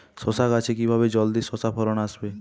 শশা গাছে কিভাবে জলদি শশা ফলন আসবে?